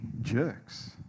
jerks